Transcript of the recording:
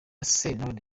sentore